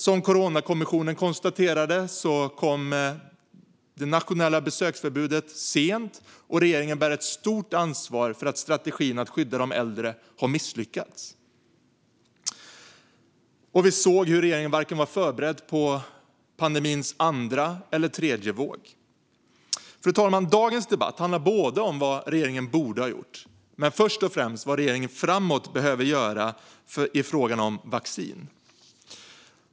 Som Coronakommissionen konstaterade kom det nationella besöksförbudet sent, och regeringen bär ett stort ansvar för att strategin att skydda de äldre har misslyckats. Vi såg även att regeringen inte var förberedd på vare sig den andra eller den tredje vågen av pandemin. Fru talman! Dagens debatt handlar om vad regeringen borde ha gjort men först och främst om vad regeringen behöver göra framöver i frågan om vaccin.